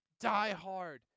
diehard